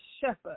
shepherd